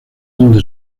donde